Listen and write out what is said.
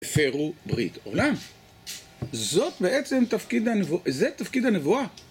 הפרו ברית עולם. זאת בעצם, זה תפקיד הנבואה.